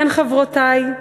כן, חברותי,